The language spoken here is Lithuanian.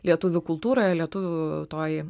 lietuvių kultūroje lietuvių toj